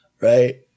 right